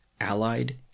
Allied